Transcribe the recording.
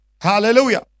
Hallelujah